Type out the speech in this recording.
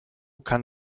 kann